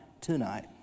tonight